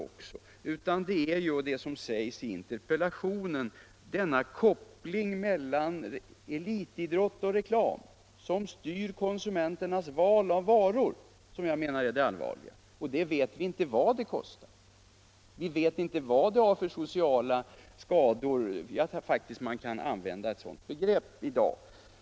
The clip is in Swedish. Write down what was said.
Det allvarliga är, som det sägs i interpellationen, denna koppling mellan elitidrott och reklam som styr konsumenternas val av varor. Vad detta kostar vet vi inte, och vi vet inte heller vilka sociala skador som kan bli följden — jag tror faktiskt man kan använda det uttrycket i dag.